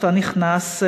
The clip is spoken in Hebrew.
שאתה נכנס,